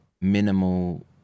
minimal